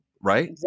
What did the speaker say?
right